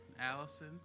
Allison